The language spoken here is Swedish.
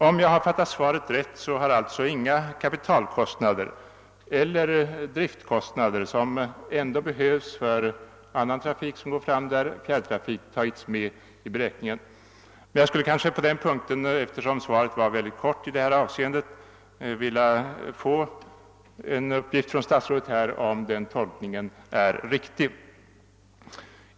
Om jag har fattat svaret rätt, bar alltså inga kapitalkostnader eller driftkostnader, som ändå orsakas av annan trafik som går fram där, alltså fjärrtrafiken, medtagits. Eftersom svaret på den punkten var väldigt kort, skulle jag vilja ha en bekräftelse från statsrådet på att den tolkningen är riktig.